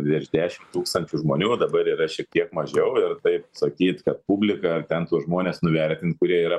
virš dešim tūkstančių žmonių o dabar yra šiek tiek mažiau ir taip sakyt kad publika ten tuos žmones nuvertint kurie yra